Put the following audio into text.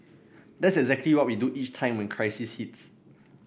that's exactly what we do each time when crisis hits